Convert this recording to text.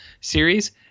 series